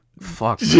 fuck